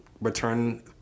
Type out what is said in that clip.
return